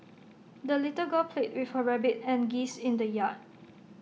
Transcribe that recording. the little girl played with her rabbit and geese in the yard